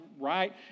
right